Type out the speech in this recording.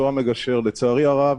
לצערי הרב,